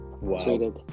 wow